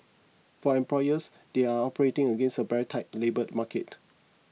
for employers they are operating against a very tight labour market